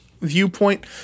viewpoint